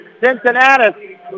Cincinnati